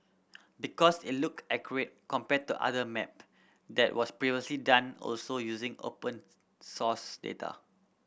because it look accurate compared to another map that was previously done also using open source data